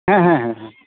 ᱦᱮᱸ ᱦᱮᱸ ᱦᱮᱸ